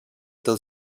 del